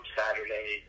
saturday